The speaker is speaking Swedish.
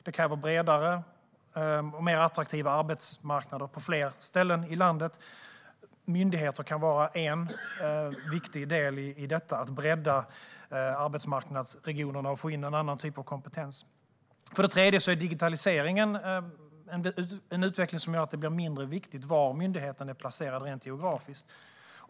Det kan bli bredare och mer attraktiva arbetsmarknader på fler ställen i landet. Myndigheter kan vara en viktig del i att bredda arbetsmarknadsregionerna och få in en annan typ av kompetens. För det tredje är digitaliseringen en utveckling som gör att det blir mindre viktigt var myndigheten är placerad rent geografiskt.